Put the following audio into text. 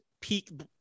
peak